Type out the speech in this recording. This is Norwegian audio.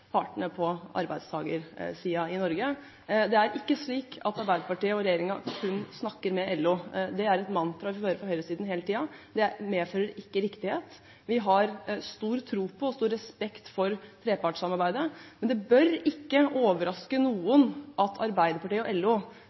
partene på arbeidstakersiden i Norge. Det er ikke slik at Arbeiderpartiet og regjeringen kun snakker med LO. Det er et mantra vi hører fra høyresiden hele tiden. Det medfører ikke riktighet. Vi har stor tro på – og stor respekt for – trepartssamarbeidet, men det bør ikke overraske noen at Arbeiderpartiet og LO,